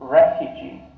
refugee